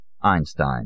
Einstein